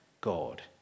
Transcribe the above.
God